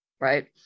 right